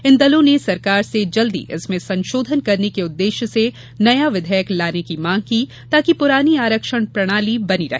इन दलों ने सरकार से जल्दी इसमें संशोधन करने के उद्वेश्य से नया विधेयक लाने की मांग की ताकि पुरानी आरक्षण प्रणाली बनी रहे